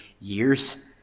years